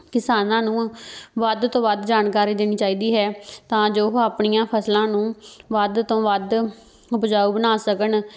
ਕਿਸਾਨਾਂ ਨੂੰ ਵੱਧ ਤੋਂ ਵੱਧ ਜਾਣਕਾਰੀ ਦੇਣੀ ਚਾਹੀਦੀ ਹੈ ਤਾਂ ਜੋ ਉਹ ਆਪਣੀਆਂ ਫਸਲਾਂ ਨੂੰ ਵੱਧ ਤੋਂ ਵੱਧ ਉਪਜਾਊ ਬਣਾ ਸਕਣ